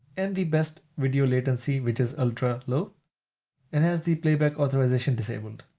and the best video latency, which is ultra-low and has the playback authorization disabled.